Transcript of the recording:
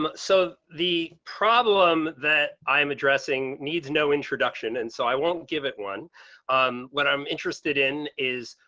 um so the problem that i'm addressing needs no introduction. and so i won't give it one on what i'm interested in is,